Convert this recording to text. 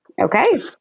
Okay